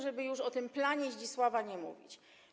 żeby już o tym planie Zdzisława nie mówić.